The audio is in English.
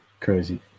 Crazy